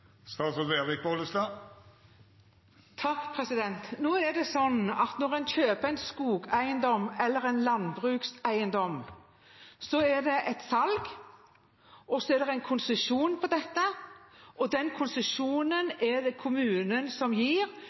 Når en kjøper en skogeiendom eller en landbrukseiendom, så er det et salg, og så er det en konsesjon på dette, og den konsesjonen er det kommunen som gir